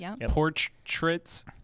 Portraits